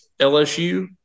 LSU